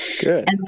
Good